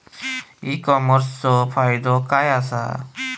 E कॉमर्सचो फायदो काय असा?